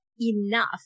enough